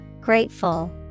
Grateful